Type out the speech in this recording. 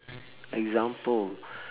example